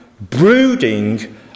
brooding